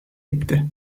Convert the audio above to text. etti